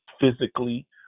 physically